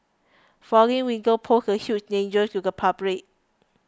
falling windows pose a huge danger to the public